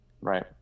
Right